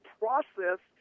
process